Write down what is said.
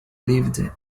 lived